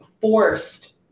forced